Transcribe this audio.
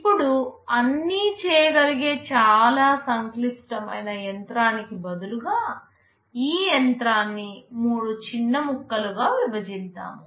ఇప్పుడు అన్ని చేయగలిగే చాలా సంక్లిష్టమైన యంత్రానికి బదులుగా ఈ యంత్రాన్ని మూడు చిన్న ముక్కలుగా విభజిద్దాం